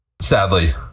Sadly